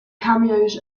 cameos